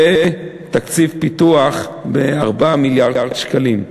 ותקציב פיתוח 4 מיליארד שקלים.